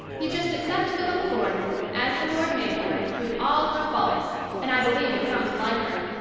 you just accept philippa gordon, as the lord made her, with all her faults, and i believe you'll come to like her.